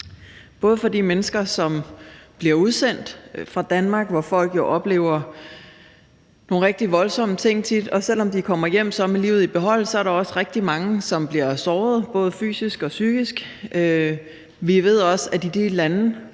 for de mennesker, som bliver udsendt fra Danmark, og som jo tit oplever nogle rigtige voldsomme ting, og selv om de kommer hjem med livet i behold, er der rigtig mange af dem, som er blevet såret, både fysisk og psykisk. Vi kan se, at det i de lande,